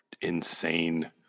insane